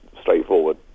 straightforward